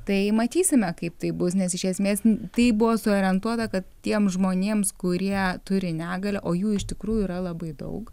tai matysime kaip tai bus nes iš esmės tai buvo suorientuota kad tiem žmonėms kurie turi negalią o jų iš tikrųjų yra labai daug